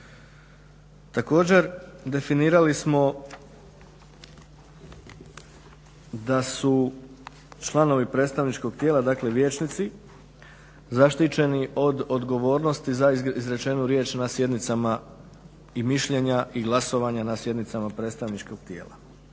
Također, definirali smo da su članovi predstavničkog tijela, dakle vijećnici zaštićeni od odgovornosti za izrečenu riječ na sjednicama i mišljenja i glasovanja na sjednicama predstavničkog tijela.